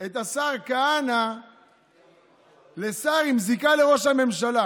את השר כהנא לשר עם זיקה לראש הממשלה.